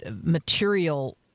material